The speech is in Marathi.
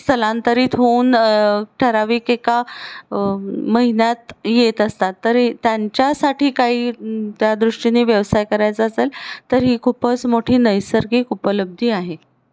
स्थलांतरित होऊन ठराविक एका म महिन्यात येत असतात तरी त्यांच्यासाठी काही त्या दृष्टीने व्यवसाय करायचा असेल तर ही खूपच मोठी नैसर्गिक उपलब्धी आहे